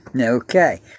Okay